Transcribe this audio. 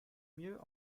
mieux